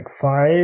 five